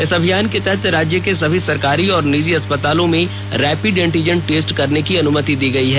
इस अभियान के तहत राज्य के सभी सरकारी और निजी अस्पतालों में रैपिड एंटीजन टेस्ट करने की अनुमति दी गयी है